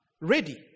ready